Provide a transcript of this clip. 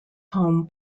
home